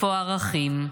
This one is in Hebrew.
איפה הערכים?